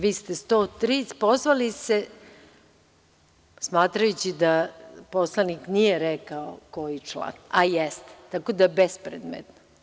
Vi ste se na 103. pozvali smatrajući da poslanik nije rekao koji član, a jeste, tako da je bespredmetno.